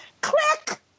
click